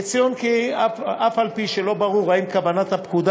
יצוין כי אף על פי שלא ברור אם כוונת הפקודה